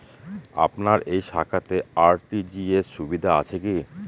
আপনার এই শাখাতে আর.টি.জি.এস সুবিধা আছে কি?